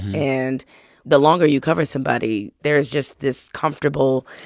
and the longer you cover somebody, there is just this comfortable,